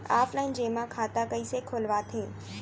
Offline जेमा खाता कइसे खोलवाथे?